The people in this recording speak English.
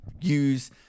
use